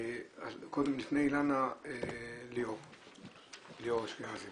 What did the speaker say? לפני אילנה, ליאור אשכנזי.